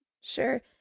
Sure